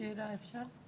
שאלה אפשר?